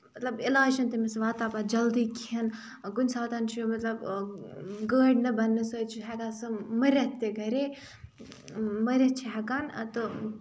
مطلب علاج چھُنہٕ تٔمِس واتنان پَتہٕ جلدی کِہینۍ کُنہِ ساتہٕ چھُ مطلب گٲڑۍ نہ بَننہٕ سۭتۍ چھُ ہیٚکان سُہ مٔرِتھ تہِ گرے مٔرِتھ چھِ ہیٚکان تہٕ